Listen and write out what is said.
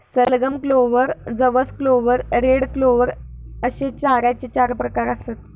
सलगम, क्लोव्हर, जवस clover, red clover अश्ये चाऱ्याचे चार प्रकार आसत